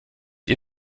ihr